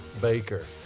Baker